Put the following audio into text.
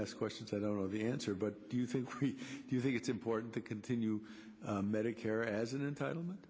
ask questions i don't know of answer but do you think do you think it's important to continue medicare as an entitlement